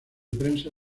prensa